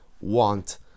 want